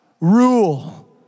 rule